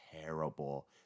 terrible